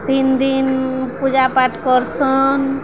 ତିନି ଦିନ ପୂଜା ପାଠ କରସନ୍